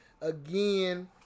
again